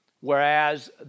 whereas